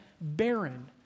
barren